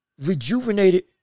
rejuvenated